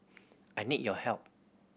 I need your help